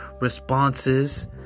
responses